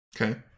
Okay